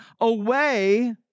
away